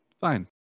Fine